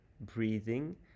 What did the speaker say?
breathing